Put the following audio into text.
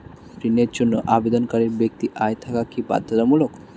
ঋণের জন্য আবেদনকারী ব্যক্তি আয় থাকা কি বাধ্যতামূলক?